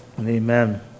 Amen